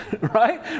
Right